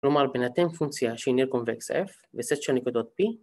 כ‫לומר, בהינתן פונקציה שיניר קונבקס F וסט של נקודות P.